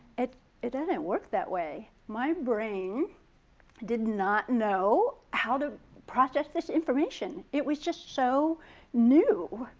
it it yeah didn't work that way. my brain did not know how to process this information. it was just so new